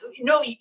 no